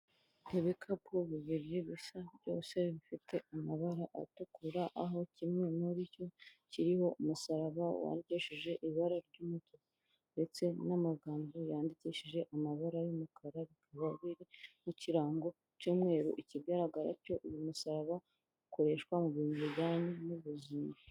Ibikapu biriri bisa byose bifite amabara atukura aho kimwe muricyo kiriho umusaraba wandikishije ibara ry'umutuku ndetse n'amagambo yandikishije amabara y'umukara, bikaba n'ikirango cy'umweru ikigaragara cyo uyu musaraba ukoreshwa mu bijyanye n'ubuzima.